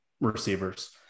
receivers